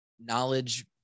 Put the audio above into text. knowledge